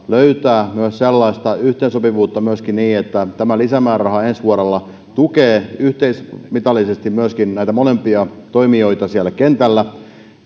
löytää sellaista yhteensopivuutta että tämä lisämääräraha ensi vuodelle tukee yhteismitallisesti näitä molempia toimijoita siellä kentällä